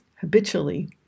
habitually